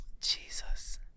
Jesus